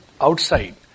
outside